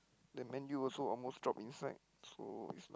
then Man-U also almost drop inside so is not